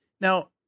now